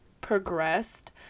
progressed